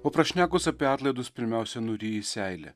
o prašnekus apie atlaidus pirmiausia nuryji seilę